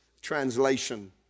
translation